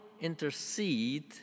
intercede